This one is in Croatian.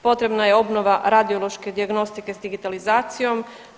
Potrebna je obnova radiološke dijagnostike s digitalizacijom.